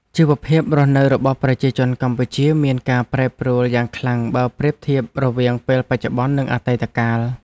ជីវភាពរស់នៅរបស់ប្រជាជនកម្ពុជាមានការប្រែប្រួលយ៉ាងខ្លាំងបើប្រៀបធៀបរវាងពេលបច្ចុប្បន្ន និងអតីតកាល។